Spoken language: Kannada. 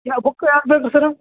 ಯಾವ ಬುಕ್ ಯಾವ್ದು ಬೇಕು ಸರ್ರ